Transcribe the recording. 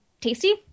tasty